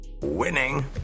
Winning